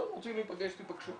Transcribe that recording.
אתם רוצים להיפגש, תפגשו,